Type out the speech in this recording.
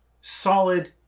solid